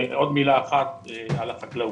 עוד מילה אחת על החקלאות.